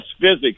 physics